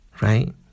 Right